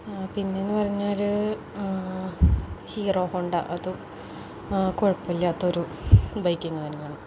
പിന്നെയെന്ന് പറഞ്ഞാല് Hero Honda അതും കുഴപ്പമില്ലാത്തൊരു ബൈക്ക് തന്നെയാണ്